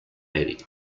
mary